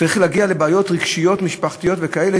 צריך להגיע לבעיות רגשיות-משפחתיות וכאלה,